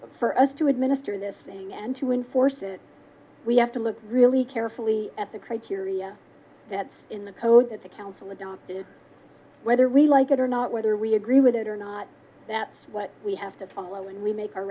for us to administer this thing and to enforce it we have to look really carefully at the criteria that's in the code that the council adopted whether we like it or not whether we agree with it or not that's what we have to follow and we make our